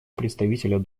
представителю